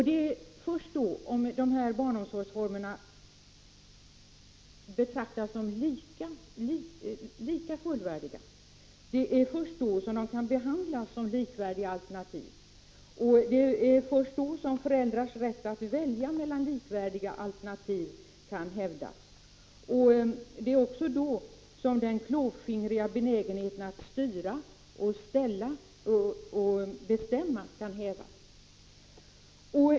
Det är först om dessa barnomsorgsformer betraktas som lika fullvärdiga som de kan behandlas som likvärdiga alternativ, och det är först då som föräldrars rätt att välja mellan likvärdiga alternativ kan hävdas. Det är också då som den klåfingriga benägenheten att styra och ställa och bestämma kan hävas.